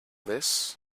this